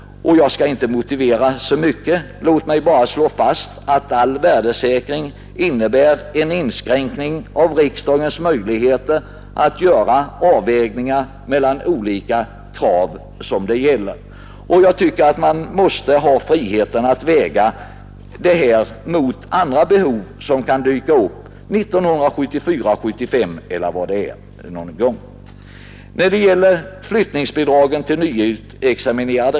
Jag skall inte motivera reservationen närmare utan slår bara fast att all värdesäkring innebär en inskränkning av riksdagens möjligheter att göra avvägningar mellan olika krav. Man måste enligt min mening ha frihet att väga detta mot andra behov som kan dyka upp 1974, 1975 eller senare.